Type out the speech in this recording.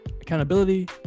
accountability